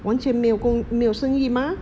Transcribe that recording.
完全没有工没有生意 mah